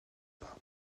pas